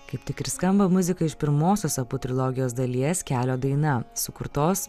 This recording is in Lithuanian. kaip tik ir skamba muzika iš pirmosios apu trilogijos dalies kelio daina sukurtos